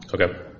okay